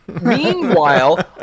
meanwhile